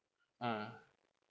mm